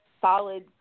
solid